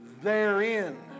Therein